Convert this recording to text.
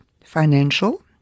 financial